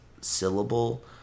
syllable